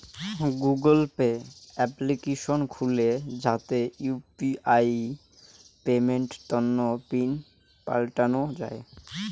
Google Pay application খুলে যাতে UPI পেমেন্টের তন্ন পিন পাল্টানো যাই